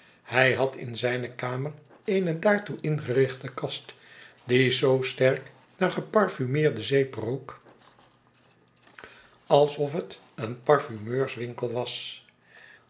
hij had in zijne kamer eene daartoe ingerichte kast die zoo sterk naar geparfumeerde zeep rook alsof het groote verwachtingen een parfumeurswinkel was